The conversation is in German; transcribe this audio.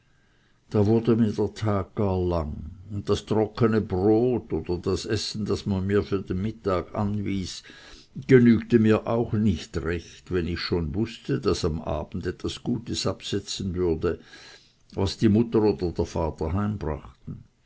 da wurde mir der tag gar lang und das trockene brot oder das essen das man mir für den mittag anwies genügte mir auch nicht recht wenn ich schon wußte daß es am abend etwas gutes absetzen würde was die mutter oder der vater